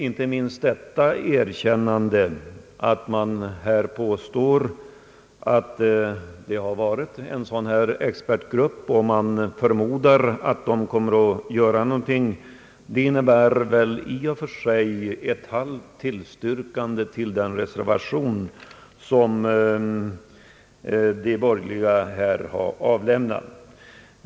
Inte minst detta erkännande att en expertgrupp förmodas komma att göra någonting innebär ett halvt tillstyrkande till den reservation som de borgerliga har avlämnat.